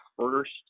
first